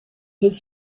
his